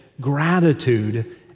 Gratitude